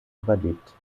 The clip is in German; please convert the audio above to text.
überlebt